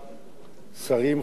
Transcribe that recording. שרים, חברי כנסת,